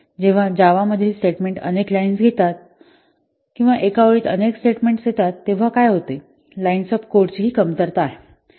तर जेव्हा जावा मधील स्टेटमेन्ट अनेक लाईन्स घेतात पसरविते किंवा एका ओळीत अनेक स्टेटमेंट्स येतात तेव्हा काय होते लाईन्स ऑफ कोड ची ही कमतरता पहा